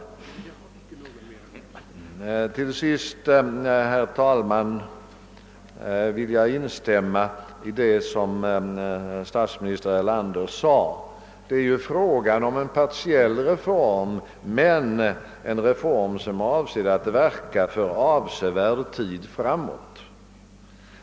Vidare vill jag, herr talman, instämma i statsminister Erlanders uttalande att det ju är fråga om en partiell re form men en reform som är avsedd att gälla avsevärd tid framåt.